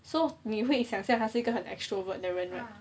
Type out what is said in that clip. so 你会想它是一个很 extrovert 的人 right